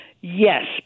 Yes